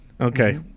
Okay